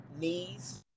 knees